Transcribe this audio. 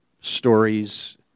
stories